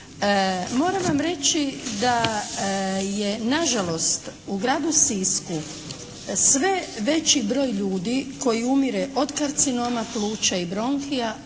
Moram vam reći da je nažalost u gradu Sisku sve veći broj ljudi koji umire od karcinoma pluća i bronhija